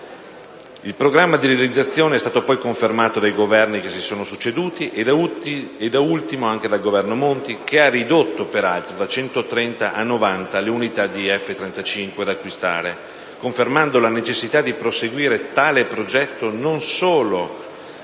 Il programma di realizzazione è stato poi confermato dai Governi che si sono succeduti e da ultimo anche dal Governo Monti, che ha peraltro ridotto da 130 a 90 le unità di F-35 da acquistare, confermando la necessità di proseguire tale progetto non solo per